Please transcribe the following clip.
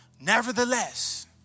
nevertheless